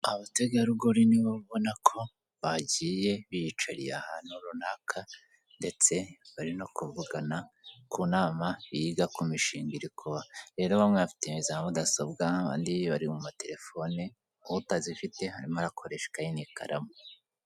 Abategarugori nibo ubona ko bagiye biyicarira ahantu runaka ndetse bari no kuvugana ku nama yiga ku mishinga irimo kuba, rero bamwe bafite za mudasobwa abandi bari mu materefone utazifite arimo arakoresha ikayi n'ikaramu.